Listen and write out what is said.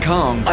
Kong